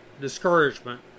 discouragement